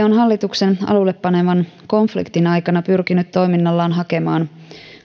on hallituksen alulle paneman konfliktin aikana pyrkinyt toiminnallaan hakemaan